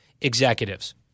executives